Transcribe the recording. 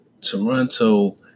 Toronto